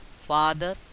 father